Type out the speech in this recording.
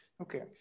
okay